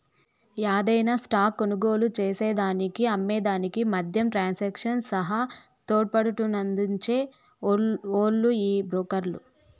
యాదైన స్టాక్ కొనుగోలు చేసేదానికి అమ్మే దానికి మద్యం ట్రాన్సాక్షన్ సహా తోడ్పాటునందించే ఓల్లు ఈ బ్రోకర్లు